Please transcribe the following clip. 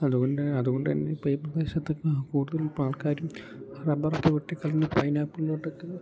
അതുകൊണ്ട് അതുകൊണ്ടുതന്നെ ഇപ്പം ഈ പ്രദേശത്തൊക്കെ കൂടുതൽ ഇപ്പോൾ ആൾക്കാരും റബ്ബറൊക്കെ വെട്ടികളഞ്ഞ് പൈനാപ്പിളിലോട്ടൊക്കെ